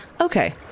Okay